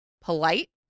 polite